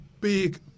big